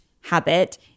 habit